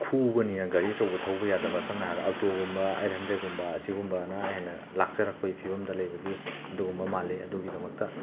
ꯈꯨꯕꯅꯦ ꯒꯥꯔꯤ ꯑꯧꯆꯕ ꯊꯧꯕ ꯌꯥꯗꯕ ꯁꯝꯅ ꯍꯥꯏꯔꯕꯗ ꯑꯜꯇꯣꯒꯨꯝꯕ ꯑꯩꯠ ꯍꯟꯗ꯭ꯔꯦꯠꯀꯨꯝꯕ ꯁꯤꯒꯨꯝꯕꯅ ꯍꯦꯟꯅ ꯂꯥꯛꯆꯔꯛꯄꯒꯤ ꯐꯤꯕꯝꯗ ꯂꯩꯕꯒꯤ ꯑꯗꯨꯒꯨꯝꯕ ꯃꯥꯜꯂꯤ ꯑꯗꯨꯒꯤꯗꯃꯛꯇ